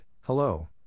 Hello